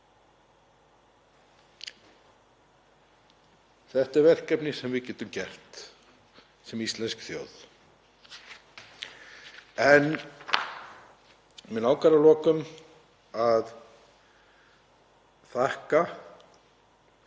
Þetta er verkefni sem við getum gert sem íslensk þjóð. En mig langar að lokum að þakka